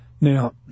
Now